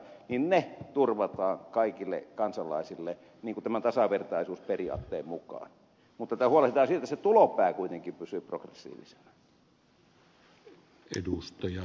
ne turvataan kaikille kansalaisille tämän tasavertaisuusperiaatteen mukaan mutta huolehditaan siitä että se tulopää kuitenkin pysyy progressiivisena